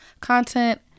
content